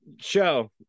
show